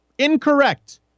Incorrect